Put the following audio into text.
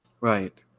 right